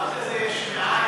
אין דבר כזה יש מאין.